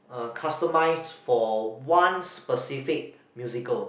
uh customised for one specific musical